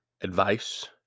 advice